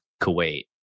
Kuwait